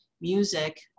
music